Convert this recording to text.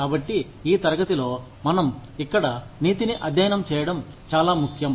కాబట్టి ఈ తరగతిలో మనం ఇక్కడ నీతిని అధ్యయనం చేయడం చాలా ముఖ్యం